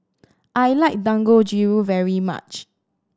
I like Dangojiru very much